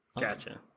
Gotcha